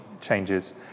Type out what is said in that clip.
changes